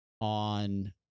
on